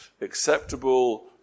acceptable